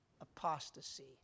apostasy